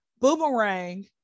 boomerang